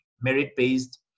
merit-based